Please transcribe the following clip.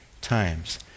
times